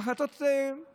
על החלטות מפלות.